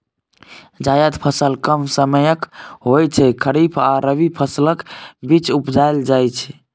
जाएद फसल कम समयक होइ छै खरीफ आ रबी फसलक बीच उपजाएल जाइ छै